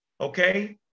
okay